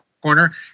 corner